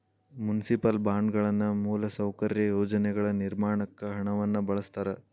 municipal ಬಾಂಡ್ಗಳನ್ನ ಮೂಲಸೌಕರ್ಯ ಯೋಜನೆಗಳ ನಿರ್ಮಾಣಕ್ಕ ಹಣವನ್ನ ಬಳಸ್ತಾರ